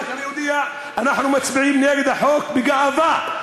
אני רק אודיע: אנחנו מצביעים נגד החוק בגאווה,